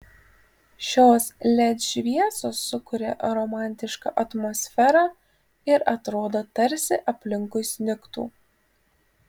šios led šviesos sukuria romantišką atmosferą ir atrodo tarsi aplinkui snigtų